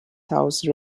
house